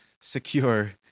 secure